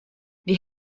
die